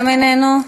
גם איננו,